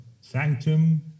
Sanctum